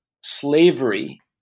slavery